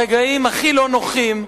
ברגעים הכי לא נוחים,